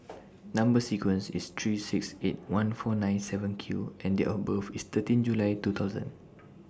Number sequence IS three six eight one four nine seven Q and Date of birth IS thirteen July two thousand